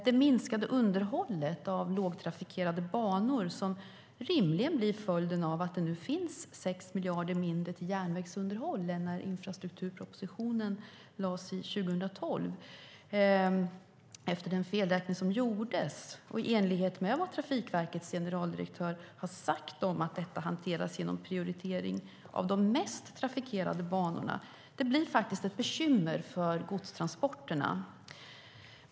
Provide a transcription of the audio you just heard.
Ett minskat underhåll av lågtrafikerade banor blir rimligen följden av att det nu finns 6 miljarder mindre till järnvägsunderhåll än när infrastrukturpropositionen lades fram 2012 efter den felräkning som gjordes - detta i enlighet med vad Trafikverkets generaldirektör har sagt om att det hanteras genom prioritering av de mest trafikerade banorna. Det blir faktiskt ett bekymmer för godstransporterna.